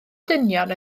dynion